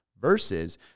versus